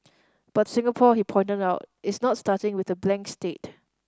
but Singapore he pointed out is not starting with a blank slate